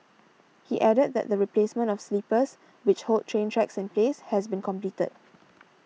he added that the replacement of sleepers which hold train tracks in place has been completed